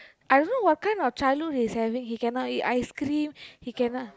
I know what kind of childhood he is having he cannot eat ice cream he cannot